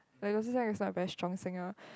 like Luo-Zhi-Xiang is like maestro singer